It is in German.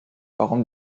warum